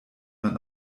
man